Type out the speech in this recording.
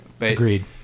agreed